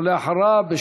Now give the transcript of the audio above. ואחריו,